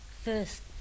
first